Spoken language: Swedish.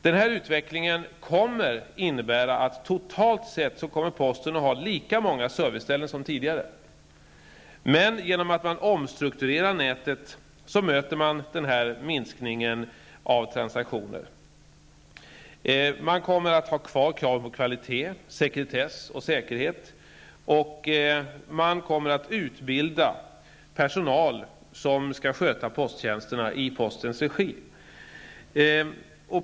Den här utvecklingen innebär att posten totalt sett kommer att ha lika många serviceställen som tidigare, men genom att man omstrukturerar nätet möter man den här minskningen av transaktioner. Man kommer att ha kvar krav på kvalitet, sekretess och säkerhet, och man kommer att utbilda personal som skall sköta posttjänsterna i postens regi.